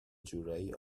جورایی